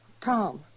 Tom